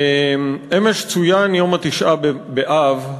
אמש צוין יום תשעה באב,